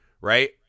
right